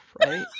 right